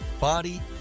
body